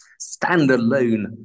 standalone